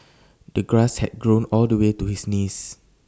the grass had grown all the way to his knees